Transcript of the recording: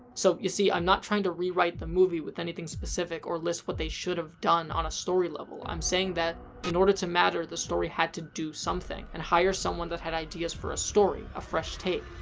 so, you see, i'm not trying to rewrite the movie with anything specific or list what they should have done on a story level. i'm saying that, in order to matter, the story had to do something, and hire someone that had ideas for a story. a fresh take.